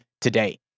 today